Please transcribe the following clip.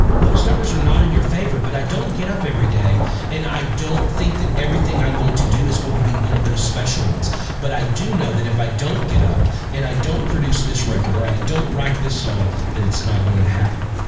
those numbers are not in your favor, but i don't get up in every day and i don't think that everything i'm going to do is going to be one of those special ones but i do know that if i don't get up and i don't produce this record or i i don't write this song that it's not going to happen